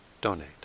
donate